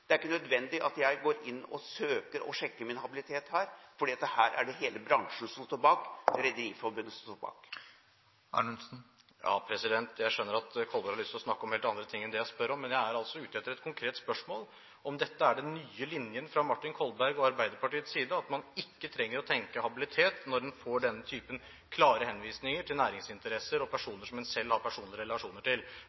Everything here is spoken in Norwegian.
det er ikke nødvendig at jeg går inn og søker og sjekker min habilitet her, for dette er det hele bransjen og Rederiforbundet som står bak. Jeg skjønner at Kolberg har lyst til å snakke om helt andre ting enn det jeg spør om, men jeg er altså ute etter et konkret svar på om dette er den nye linjen fra Martin Kolberg og Arbeiderpartiets side, at man ikke trenger å tenke habilitet når en får denne typen klare henvisninger til næringsinteresser og